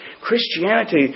Christianity